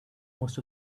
most